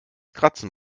kratzen